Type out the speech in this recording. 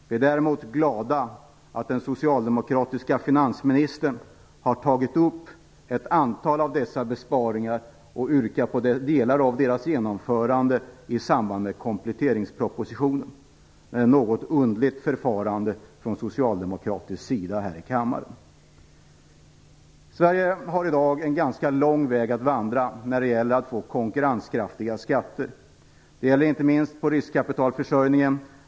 Vi är däremot glada att den socialdemokratiska finansministern har tagit upp ett antal av dessa besparingar och yrkar på genomförande av delar av dem i samband med kompletteringspropositionen, ett något underligt förfarande här i kammaren från socialdemokratisk sida. Sverige har i dag en ganska lång väg att vandra för att få konkurrenskraftiga skatter. Det gäller inte minst riskkapitalförsörjningen.